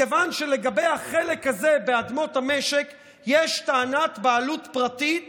מכיוון שלגבי החלק הזה באדמות המשק יש טענת בעלות פרטית